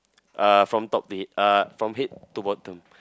uh from top to head uh from head to bottom